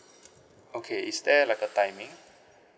okay is there like a timing